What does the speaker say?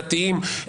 דתיים,